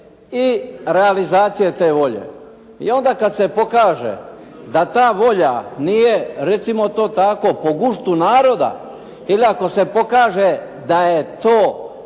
i realizacije te volje. I onda kada se pokaže da ta volja, nije recimo to tako po guštu naroda, ili ako se pokaže da je to